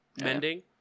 mending